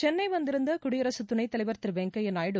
சென்னை வந்திருந்த குடியரகத் துணைத் தலைவர் திரு வெங்கையா நாயுடு